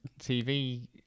tv